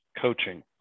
coaching